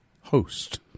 host